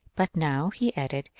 but now, he added,